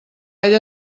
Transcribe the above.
ella